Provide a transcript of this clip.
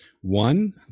One